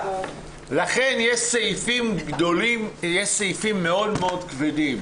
יש סעיפים מאוד מאוד כבדים,